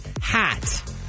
hat